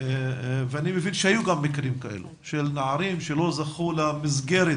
ואני מבין שהיו גם מקרים כאלה של נערים שלא זכו למסגרת